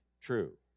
true